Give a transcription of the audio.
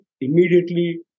immediately